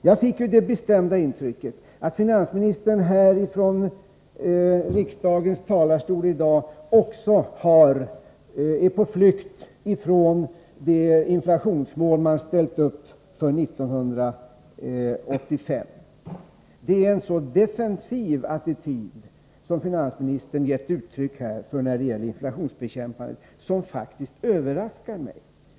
Jag fick det bestämda intrycket när finansministern i dag talade från riksdagens talarstol att också finansministern är på flykt från det inflationsmål regeringen ställt upp för 1985. Det är en så defensiv attityd som finansministern här har gett uttryck för beträffande inflationsbekämpandet — en attityd som faktiskt överraskar mig.